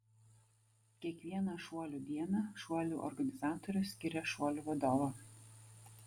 kiekvieną šuolių dieną šuolių organizatorius skiria šuolių vadovą